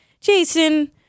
Jason